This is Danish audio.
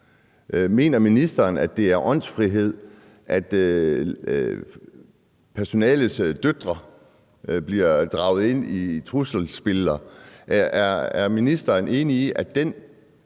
Mener ministeren, at det er åndsfrihed, at personalets døtre bliver draget ind i trusselsbilleder? Er ministeren enig i, at den